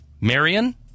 Marion